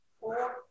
Four